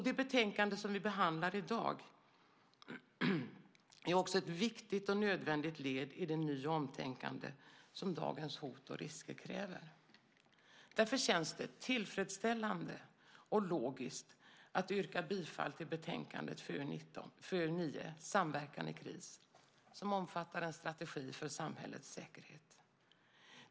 Det betänkande som vi behandlar i dag är också ett viktigt och nödvändigt led i det ny och omtänkande som dagens hot och risker kräver. Därför känns det tillfredsställande och logiskt att yrka bifall till förslaget i betänkande FöU9, Samverkan i kris , som omfattar en strategi för samhällets säkerhet.